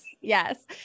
Yes